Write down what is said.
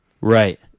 Right